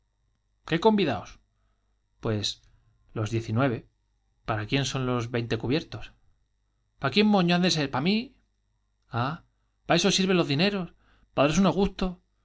qué convidaos pues los diecinueve para quién son los veinte cubiertos pa quién moño han de ser j pa mí r aaah pa eso sirven los dineros pa das e uno gusto